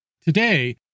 Today